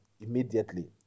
immediately